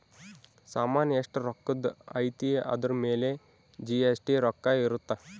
ಸಾಮನ್ ಎಸ್ಟ ರೊಕ್ಕಧ್ ಅಯ್ತಿ ಅದುರ್ ಮೇಲೆ ಜಿ.ಎಸ್.ಟಿ ರೊಕ್ಕ ಇರುತ್ತ